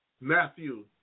Matthew